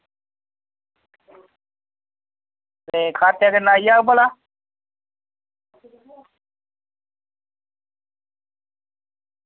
ते खर्चा किन्ना आई जाह्ग भला